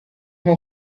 nko